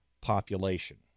population